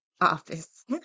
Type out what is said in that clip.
office